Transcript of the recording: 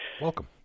Welcome